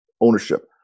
ownership